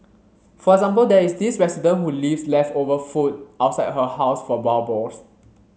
for example there is this resident who leaves leftover food outside her house for wild boars